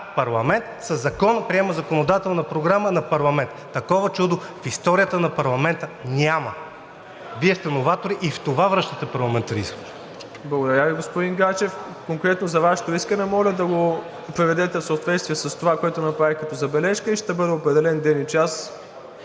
парламент със закон приема законодателна програма на парламент? Такова чудо в историята на парламента няма. Вие сте новатори и в това, връщате парламентаризма. ПРЕДСЕДАТЕЛ МИРОСЛАВ ИВАНОВ: Благодаря Ви, господин Гаджев. Конкретно за Вашето искане, моля да го приведете в съответствие с това, което направих като забележка, и ще бъде определен ден и час,